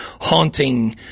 haunting